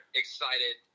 excited